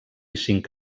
cinc